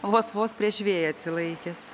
vos vos prieš vėją atsilaikęs